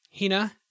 Hina